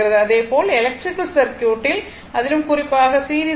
அதேபோல் எலக்ட்ரிக்கல் சர்க்யூட்டில் அதிலும் குறிப்பாக சீரிஸ் ஆர்